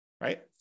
right